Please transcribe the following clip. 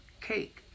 cake